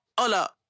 Hola